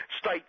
state